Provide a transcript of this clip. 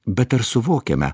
bet ar suvokiame